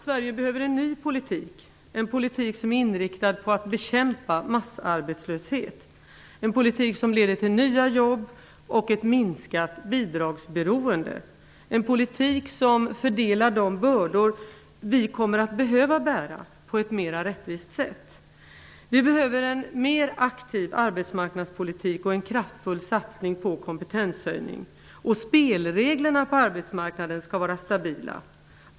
Sverige behöver en ny politik, en politik som är inriktad på att bekämpa massarbetslösheten, en politik som leder till nya jobb och ett minskat bidragsberoende, en politik som på ett mera rättvist sätt fördelar de bördor som vi kommer att behöva bära. Vi behöver också en mera aktiv arbetsmarknadspolitik och en kraftfull satsning på kompetenshöjning. Spelreglerna på arbetsmarknaden skall vara stabila.